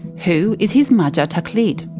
who is his marja taqlid?